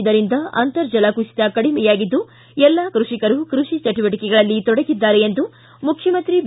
ಇದರಿಂದ ಅಂತರ್ಜಲ ಕುಸಿತ ಕಡಿಮೆಯಾಗಿದ್ದು ಎಲ್ಲಾ ಕೃಷಿಕರು ಕೃಷಿ ಚೆಟುವಟಿಕೆಗಳಲ್ಲಿ ಕೊಡಗಿದ್ದಾರೆ ಎಂದು ಮುಖ್ಯಮಂತ್ರಿ ಬಿ